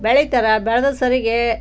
ಬೆಳಿತಾರೆ ಬೆಳೆದಿದ್ದು ಸರಿಗೆ